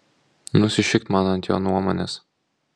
nusišikt man ant jo nuomonės